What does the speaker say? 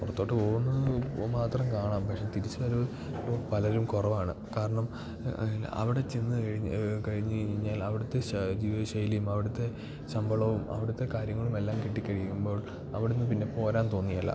പുറത്തോട്ട് പോകുന്നത് പോ മാത്രം കാണാം പക്ഷേ തിരിച്ച് വരവ് ഇപ്പോൾ പലരും കുറവാണ് കാരണം ഇല്ല അവിടെ ചെന്ന് കഴിഞ്ഞ് കഴിഞ്ഞു കഴിഞ്ഞാൽ അവിടുത്തെ ജീവിത ശൈലിയും അവിടുത്തെ ശമ്പളവും അവിടുത്തെ കാര്യങ്ങളുമെല്ലാം കിട്ടി കഴിയുമ്പോൾ അവിടുന്ന് പിന്നെ പോരാൻ തോന്നില്ല